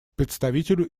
представителю